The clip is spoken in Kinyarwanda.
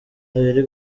biri